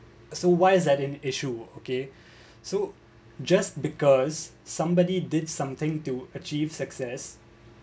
so why is that an issue okay so just because somebody did something to achieve success